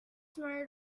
smarter